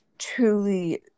truly